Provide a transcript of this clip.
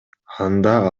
анда